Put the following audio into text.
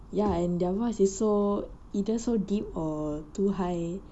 ya and their voice is so either so deep or too high